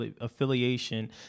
affiliation